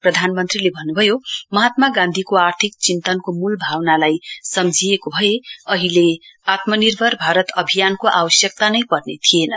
प्रधानमन्त्रीले भन्नुयो महात्मा गान्धीको आर्थिक चिन्तनको मूल भावनालाई सम्झिएको भए अहिले आत्मनिर्भर भारत अभियानको आवश्यकता नै पर्ने थिएन